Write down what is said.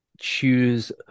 choose